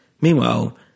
Meanwhile